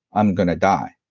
i'm going to die.